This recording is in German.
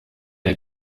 der